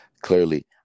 clearly